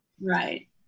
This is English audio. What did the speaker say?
Right